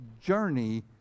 journey